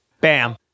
Bam